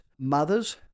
mothers